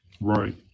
Right